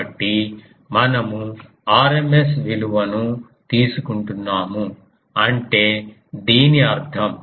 కాబట్టి మనము rms విలువను తీసుకుంటున్నాము అంటే దీని అర్థం